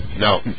No